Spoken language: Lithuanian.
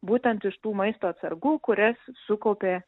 būtent iš tų maisto atsargų kurias sukaupė